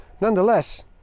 Nonetheless